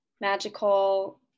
magical